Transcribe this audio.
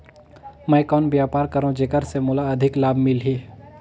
मैं कौन व्यापार करो जेकर से मोला अधिक लाभ मिलही?